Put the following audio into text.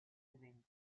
evento